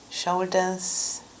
Shoulders